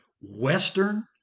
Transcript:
Western